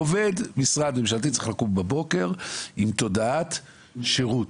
עובד משרד ממשלתי צריך לקום בבוקר עם תודעת שירות.